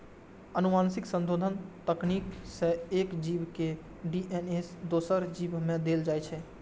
आनुवंशिक संशोधन तकनीक सं एक जीव के डी.एन.ए दोसर जीव मे देल जाइ छै